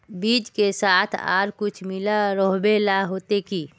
बीज के साथ आर कुछ मिला रोहबे ला होते की?